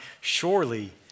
surely